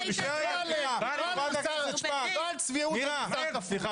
--- מה הצביעות הזאת?